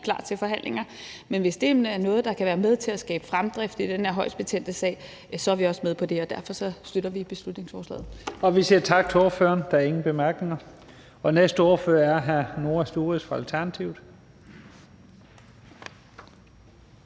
klar til forhandlinger, men hvis det er noget, der kan være med til at skabe fremdrift i den her højst betændte sag, er vi også med på det, og derfor støtter vi beslutningsforslaget. Kl. 12:41 Første næstformand (Leif Lahn Jensen): Vi siger tak til ordføreren. Der er ingen korte bemærkninger. Og den næste ordfører er hr. Noah Sturis fra Alternativet.